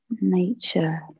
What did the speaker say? Nature